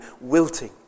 wilting